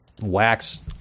wax